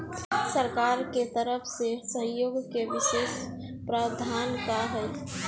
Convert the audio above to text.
सरकार के तरफ से सहयोग के विशेष प्रावधान का हई?